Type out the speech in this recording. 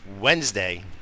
Wednesday